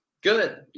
Good